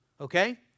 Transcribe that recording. okay